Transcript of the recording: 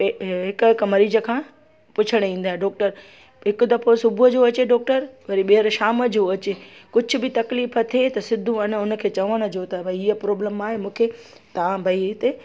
हिकु हिकु मरीज़ खां पुछणु ईंदो आहे डॉक्टर हिकु दफ़ो सुबूह जो अचे डॉक्टर वरी ॿीहर शाम जो अचे कुझु बि तकलीफ़ु थिए त सिधो आहे न उन खे चवण जो त भई हीअ प्रॉब्लम आहे मूंखे तव्हां भई हिते